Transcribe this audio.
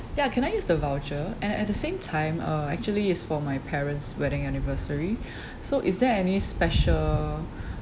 ya can I use the voucher and at the same time uh actually it's for my parents' wedding anniversary so is there any special